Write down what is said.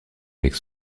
avec